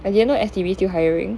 as in you know S_T_B still hiring